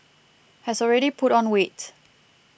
has already put on weight